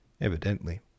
Evidently